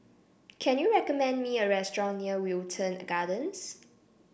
can you recommend me a restaurant near Wilton Gardens